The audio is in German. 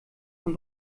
von